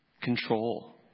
Control